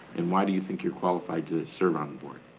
and why do you think you're qualified to serve on the board?